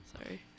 Sorry